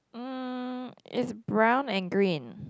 mm it's brown and green